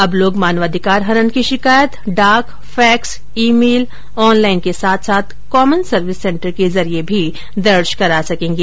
अब लोग मानवाधिकार हनन की शिकायत डाक फैक्स ई मेल ऑनलाइन के साथ साथ कॉमन सर्विस सेंटर के जरिये भी दर्ज करा सकेंगे